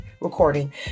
recording